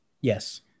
Yes